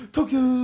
Tokyo